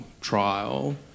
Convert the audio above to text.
trial